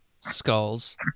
skulls